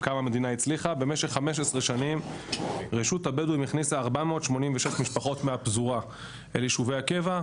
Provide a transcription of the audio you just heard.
רשות הבדואים הכניסה 486 משפחות מהפזורה אל יישובי הקבע.